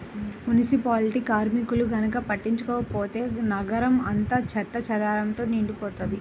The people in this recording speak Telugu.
మునిసిపాలిటీ కార్మికులు గనక పట్టించుకోకపోతే నగరం అంతా చెత్తాచెదారంతో నిండిపోతది